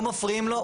לא מפריעים לו.